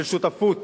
של שותפות